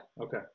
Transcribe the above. Okay